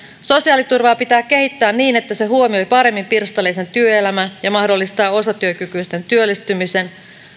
sosiaaliturvaa pitää kehittää niin että se huomioi paremmin pirstaleisen työelämän ja mahdollistaa osatyökykyisten työllistymisen